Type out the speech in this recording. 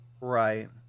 right